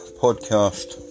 podcast